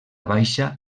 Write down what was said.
baixa